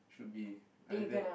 should be either that